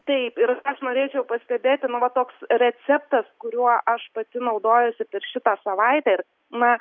taip ir ką aš norėčiau pastebėti nu va toks receptas kuriuo aš pati naudojuosi per šitą savaitę ir na